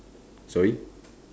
sorry